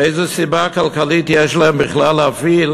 איזו סיבה כלכלית יש לה בכלל להפעיל